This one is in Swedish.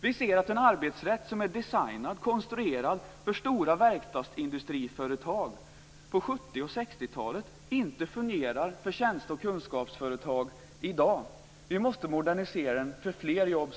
Vi ser att den arbetsrätt som är designad, konstruerad, för stora verkstadsindustriföretag på 60 och 70-talen inte fungerar för tjänste och kunskapsföretag i dag. Vi måste modernisera den för att få fler jobb.